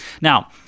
Now